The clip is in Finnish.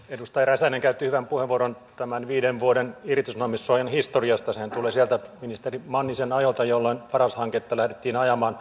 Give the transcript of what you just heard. edustaja räsänen käytti hyvän puheenvuoron tämän viiden vuoden irtisanomissuojan historiasta sehän tulee sieltä ministeri mannisen ajoilta jolloin paras hanketta lähdettiin ajamaan